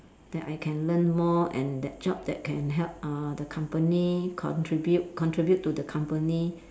that I can learn more and that job that can help uh the company contribute contribute to the company